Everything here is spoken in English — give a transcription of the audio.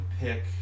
pick